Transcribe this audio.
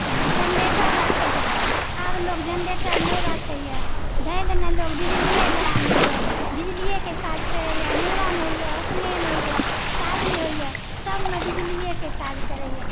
generator राखैत रहए आब लोग जनरेटर नै राखैए धैं दने लोग बिजलीये लए आनैए बिजलीयेके काज करैए मूड़न होइए उपनयन होइए शादी होइए सबमे बिजलीयेके काज करैए